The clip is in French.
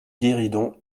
guéridon